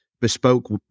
bespoke